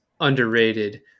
underrated